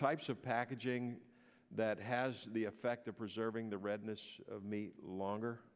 types of packaging that has the effect of preserving the redness of me longer